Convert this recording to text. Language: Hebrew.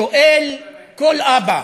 שואל כל אבא: